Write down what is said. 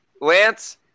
Lance